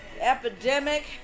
epidemic